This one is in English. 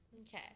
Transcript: Okay